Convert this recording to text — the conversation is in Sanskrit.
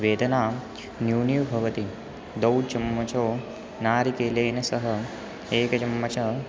वेदना न्यूनी भवति दौ चम्मचौ नारिकेलेन सह एकचम्मच